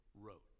wrote